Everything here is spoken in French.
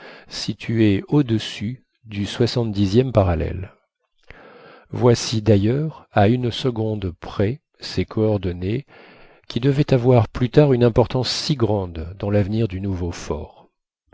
situés au-dessus du soixante dixième parallèle voici d'ailleurs à une seconde près ces coordonnées qui devaient avoir plus tard une importance si grande dans l'avenir du nouveau fort